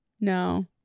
no